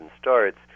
starts